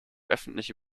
öffentliche